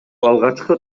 алгачкы